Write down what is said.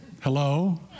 Hello